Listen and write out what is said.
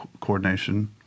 coordination